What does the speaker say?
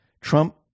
Trump